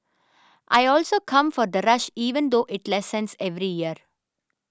I also come for the rush even though it lessens every year